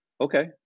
Okay